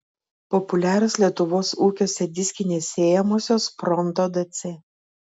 populiarios lietuvos ūkiuose diskinės sėjamosios pronto dc